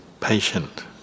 patient